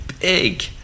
big